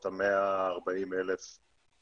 מספר נקודות מעניינות שאני אשמח להתייחס.